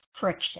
friction